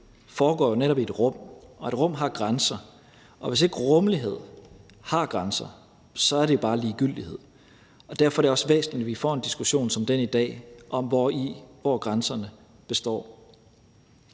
foregår netop i et rum, og et rum har grænser. Og hvis ikke rummelighed har grænser, er det bare ligegyldighed, og derfor er det også væsentligt, at vi får en diskussion som den i dag om, hvor grænserne går.